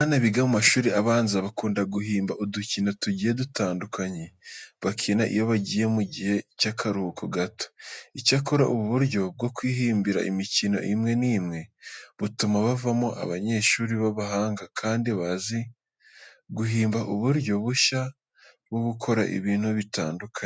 Abana biga mu mashuri abanza bakunda guhimba udukino tugiye dutandukanye bakina iyo bagiye mu gihe cy'akaruhuko gato. Icyakora, ubu buryo bwo kwihimbira imikino imwe n'imwe butuma bavamo abanyeshuri b'abahanga kandi bazi guhimba uburyo bushya bwo gukora ibintu bitandukanye.